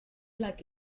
like